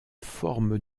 forme